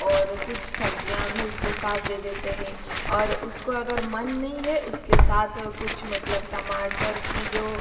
और कुछ सब्जियाँ भी उसके साथ दे देते है और उसको अगर मन नहीं है उसके साथ कुछ मतलब टमाटर की जो